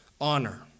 honor